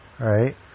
right